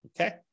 Okay